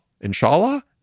Inshallah